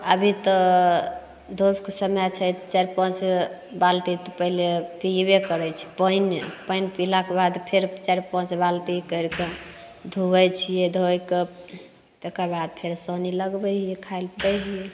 अभी तऽ धुपके समय छै चारि पाँच बाल्टी तऽ पहिले पीबे करैत छै पानिए पानिए पिलाके बाद फेर चारि पाँच बाल्टी करिके धोबैत छियै धोइके तेकरबाद फेर सानी लगबै हियै खाइ लए दै हियै